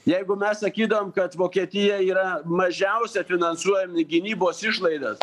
jeigu mes sakydavom kad vokietija yra mažiausia finansuojami gynybos išlaidas